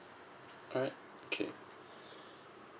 okay